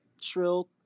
Shrill